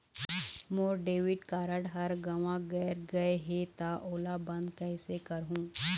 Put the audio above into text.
मोर debit card हर गंवा गैर गए हे त ओला बंद कइसे करहूं?